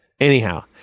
anyhow